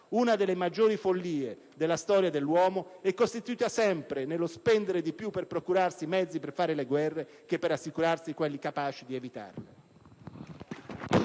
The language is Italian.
Una delle maggiori follie nella storia dell'uomo è costituita sempre nello spendere di più per procurarsi i mezzi per fare le guerre, che per assicurarsi quelli capaci di evitarle».